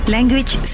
Language